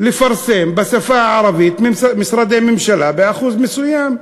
לפרסם בשפה הערבית באחוז מסוים.